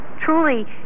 truly